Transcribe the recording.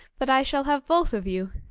but i shall have both of you.